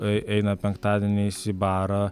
eina penktadieniais į barą